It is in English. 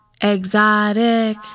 Exotic